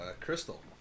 Crystal